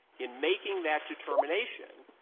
in making that determination,